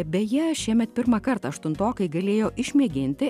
beje šiemet pirmą kartą aštuntokai galėjo išmėginti